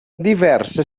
diverse